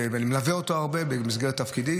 ואני מלווה אותו הרבה במסגרת תפקידי